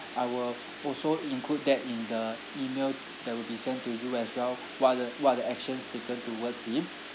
I will also include that in the email that will be sent to you as well what are the what are the actions taken towards him